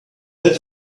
that